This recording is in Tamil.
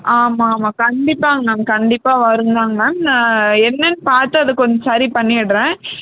ஆமாம்மா கண்டிப்பாங்க மேம் கண்டிப்பாக வருந்தாங்க மேம் என்னன்னு பார்த்து அதை கொஞ்ச சரி பண்ணிடுறேன்